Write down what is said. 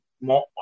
more